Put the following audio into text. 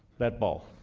that ball.